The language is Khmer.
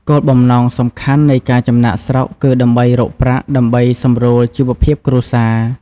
គោលបំណងសំខាន់នៃការចំណាកស្រុកគឺដើម្បីរកប្រាក់ដើម្បីសម្រួលជីវភាពគ្រួសារ។